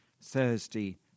Thursday